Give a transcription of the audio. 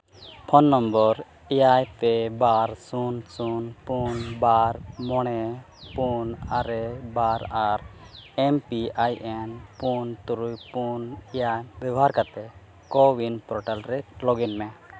phone number ᱮᱭᱟᱭ ᱯᱮ ᱵᱟᱨ ᱥᱩᱱ ᱥᱩᱱ ᱯᱩᱱ ᱵᱟᱨ ᱢᱚᱬᱮ ᱯᱩᱱ ᱟᱨᱮ ᱵᱟᱨ ᱟᱨ ᱮᱢ ᱯᱤ ᱟᱭ ᱮᱱ ᱯᱩᱱ ᱛᱩᱨᱩᱭ ᱯᱩᱱ ᱮᱭᱟᱭ ᱵᱮᱵᱚᱦᱟᱨ ᱠᱟᱛᱮ ᱠᱳᱼᱩᱭᱤᱱ ᱯᱨᱚᱴᱟᱞ ᱨᱮ ᱞᱚᱜᱽ ᱤᱱ ᱢᱮ